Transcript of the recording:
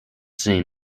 seen